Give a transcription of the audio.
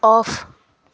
off